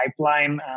pipeline